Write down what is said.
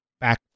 back